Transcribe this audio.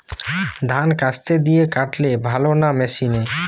ধান কাস্তে দিয়ে কাটলে ভালো না মেশিনে?